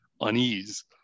unease